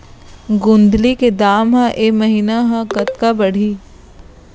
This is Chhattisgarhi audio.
गोंदली के दाम ह ऐ महीना ह कतका बढ़ही?